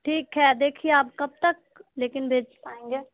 ٹھیک ہے دیکھیے آپ کب تک لیکن بھیج پائیں گے